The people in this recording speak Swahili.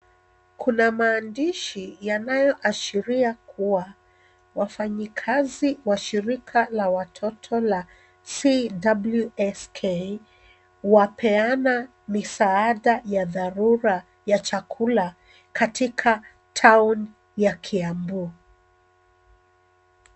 Kuna maandishi yanayoashiria kuwa, wafanyikazi wa shirika la watoto la CWSK, wapeana misaada ya dharura ya chakula katika town ya Kiambu.